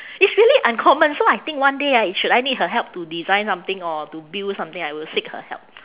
it's really uncommon so I think one day ah if should I need her help to design something or to build something I will seek her help